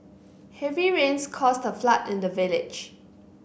heavy rains caused a flood in the village